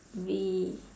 we